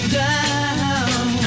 down